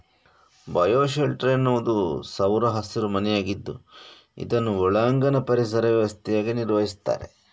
bio shelter ಎನ್ನುವುದು ಸೌರ ಹಸಿರು ಮನೆಯಾಗಿದ್ದು ಇದನ್ನು ಒಳಾಂಗಣ ಪರಿಸರ ವ್ಯವಸ್ಥೆಯಾಗಿ ನಿರ್ವಹಿಸ್ತಾರೆ